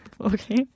Okay